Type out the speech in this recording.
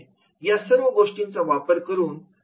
या सर्व गोष्टींचा वापर करून